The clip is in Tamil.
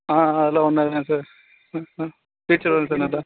ஆ அதெலாம் ஒன்றும் இல்லைங்க சார் ஆ ஆ வரும் சார் நல்லா